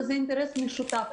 שזה אינטרס משותף,